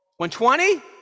120